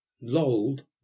lolled